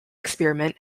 experiment